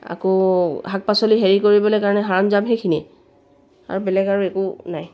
আকৌ শাক পাচলি হেৰি কৰিবলৈ কাৰণে সৰঞ্জাম সেইখিনিয়ে আৰু বেলেগ আৰু একো নাই